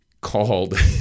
called